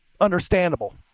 understandable